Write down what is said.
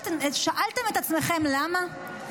שאלתם את עצמכם למה?